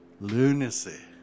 lunacy